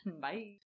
Bye